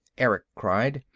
erick cried.